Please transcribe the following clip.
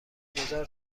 گذار